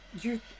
You-